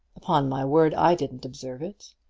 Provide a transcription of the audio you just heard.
upon my word i didn't observe it.